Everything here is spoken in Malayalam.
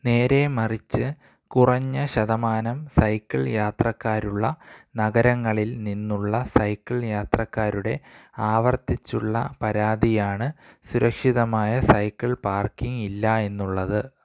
നേരെമറിച്ച് കുറഞ്ഞ ശതമാനം സൈക്കിൾ യാത്രക്കാരുള്ള നഗരങ്ങളിൽ നിന്നുള്ള സൈക്കിൾ യാത്രക്കാരുടെ ആവർത്തിച്ചുള്ള പരാതിയാണ് സുരക്ഷിതമായ സൈക്കിൾ പാർക്കിംഗ് ഇല്ല എന്നുള്ളത്